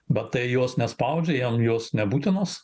bet tai juos nespaudžia jie jos nebūtinos